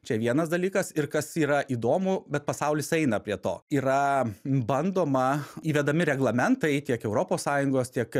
čia vienas dalykas ir kas yra įdomu bet pasaulis eina prie to yra bandoma įvedami reglamentai tiek europos sąjungos tiek